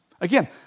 Again